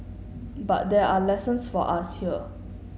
but there are lessons for us here